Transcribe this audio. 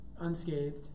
unscathed